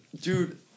dude